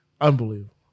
Unbelievable